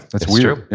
it's weird.